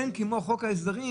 אין כמו חוק ההסדרים